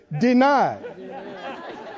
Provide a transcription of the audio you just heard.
denied